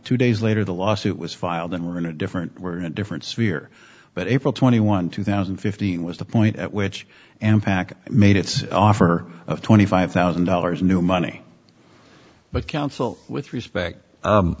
two days later the lawsuit was filed and we're in a different we're in a different sphere but april twenty one two thousand and fifteen was the point at which an package made its offer of twenty five thousand dollars new money but council with respect